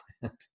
plant